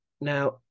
now